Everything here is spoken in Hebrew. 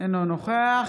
אינו נוכח